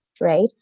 right